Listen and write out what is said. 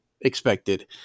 expected